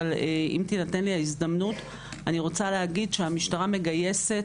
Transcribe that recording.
אבל אם תינתן לי הזדמנות אני רוצה להגיד שהמשטרה מגייסת